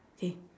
K